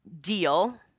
deal